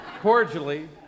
cordially